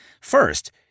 First